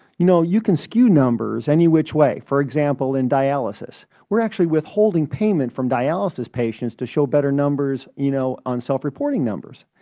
know, you can skew numbers any which way. for example, in dialysis. we are actually withholding payment from dialysis patients to show better numbers you know on self-reporting numbers.